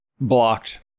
blocked